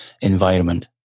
environment